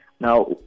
now